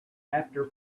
after